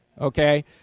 Okay